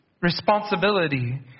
responsibility